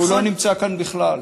והוא לא נמצא כאן בכלל.